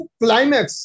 climax